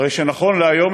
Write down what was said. הרי נכון להיום,